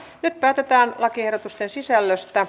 nyt päätetään lakiehdotusten sisällöstä